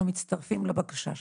אנחנו מצטרפים לבקשה שלך,